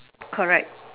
correct